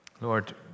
Lord